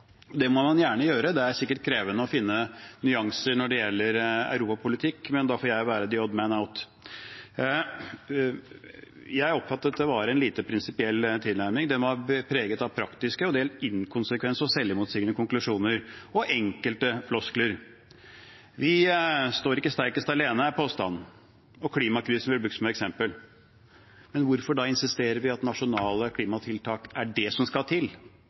Det må man gjerne gjøre. Det er sikkert krevende å finne nyanser når det gjelder europapolitikk, men da får jeg være «the odd man out». Jeg oppfattet at det var en lite prinsipiell tilnærming. Den var preget av praktiske og dels inkonsekvente og selvmotsigende konklusjoner og enkelte floskler. Vi står ikke sterkest alene, er påstanden, og klimakrisen blir brukt som eksempel. Men hvorfor insisterer vi da på at nasjonale klimatiltak er det som skal til,